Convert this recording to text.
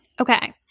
Okay